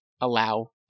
allow